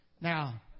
Now